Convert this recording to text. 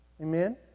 Amen